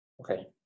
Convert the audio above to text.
Okay